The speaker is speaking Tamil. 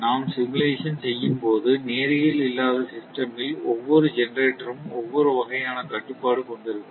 நாம் சிமுலேஷன் செய்யம் போது நேரியல் இல்லாத சிஸ்டம் ல் ஒவ்வொரு ஜெனெரேட்டரும் ஒவ்வொரு வகையான கட்டுப்பாடு கொண்டிருக்கும்